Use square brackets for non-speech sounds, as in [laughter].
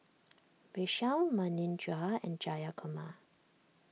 [noise] Vishal Manindra and Jayakumar